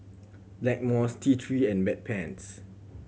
Blackmores T Three and Bedpans